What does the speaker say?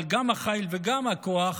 אבל גם החיל וגם הכוח